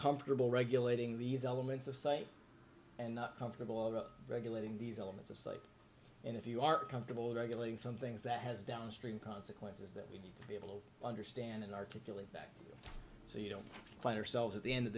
comfortable regulating these elements of sight and not comfortable about regulating these elements of sight and if you are comfortable regulating some things that has downstream consequences that we'll be able to understand and articulate that so you don't find ourselves at the end of